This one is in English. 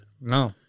No